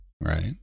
right